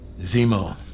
Zemo